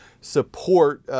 support